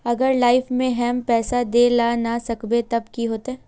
अगर लाइफ में हैम पैसा दे ला ना सकबे तब की होते?